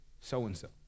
so-and-so